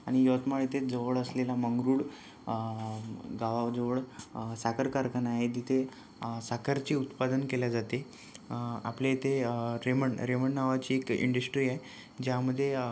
आणि यवतमाळ इथे जवळ असलेला मंगरूळ गावाजवळ साखर कारखाना आहे तिथे साखरचे उत्पादन केले जाते आपल्या इथे रेमंड रेमंड नावाची एक इंडश्ट्री आहे ज्यामध्ये